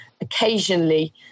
occasionally